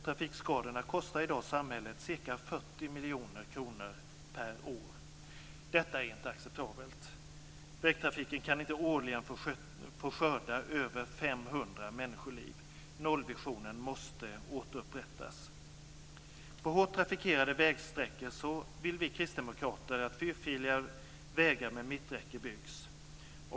Trafikskadorna kostar i dag samhället ca 40 miljarder kronor per år. Detta är inte acceptabelt. Vägtrafiken kan inte årligen få skörda över 500 människoliv. Nollvisionen måste återupprättas. På hårt trafikerade vägsträckor vill vi kristdemokrater att fyrfiliga vägar med mitträcke byggs.